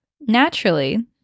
naturally